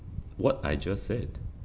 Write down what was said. what I just said